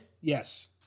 Yes